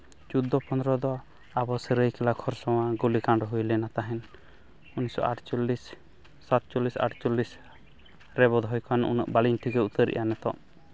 ᱪᱳᱫᱽᱫᱚ ᱯᱚᱫᱨᱚ ᱫᱚ ᱟᱵᱚ ᱥᱚᱨᱟᱹᱭ ᱠᱮᱞᱞᱟ ᱠᱷᱚᱨᱥᱚᱶᱟ ᱜᱩᱞᱤ ᱠᱟᱱᱰ ᱦᱩᱭ ᱞᱮᱱᱟ ᱛᱟᱦᱮᱸᱫ ᱩᱱᱤᱥᱚ ᱟᱴᱪᱚᱞᱤᱥ ᱥᱟᱛᱪᱚᱞᱤᱥ ᱟᱴᱪᱚᱞᱤᱥ ᱨᱮ ᱵᱳᱰᱷᱚᱭ ᱠᱷᱚᱱ ᱩᱱᱟᱹᱜ ᱵᱟᱹᱞᱤᱧ ᱴᱷᱤᱠᱟᱹ ᱩᱛᱟᱹᱨᱮᱜᱼᱟ ᱱᱤᱛᱚᱜ